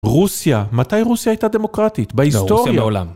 רוסיה? מתי רוסיה הייתה דמוקרטית? בהיסטוריה? - רוסיה מעולם